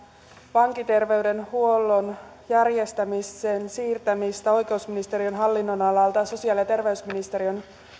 vankiterveydenhuollon järjestämisen siirtämistä oikeusministeriön hallinnonalalta sosiaali ja terveysministeriön